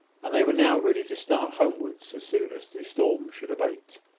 and they were now ready to start homewards as soon as the storm should abate.